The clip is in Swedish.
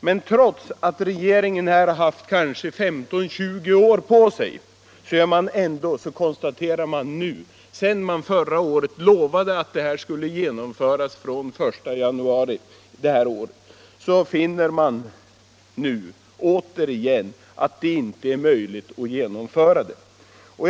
Men trots att regeringen här kanske haft 15-20 år på sig konstaterar man nu, sedan man förra året lovat att det här skulle genomföras från den 1 januari 1976, återigen att det inte är möjligt att genomföra systemet.